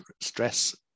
stress